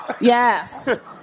Yes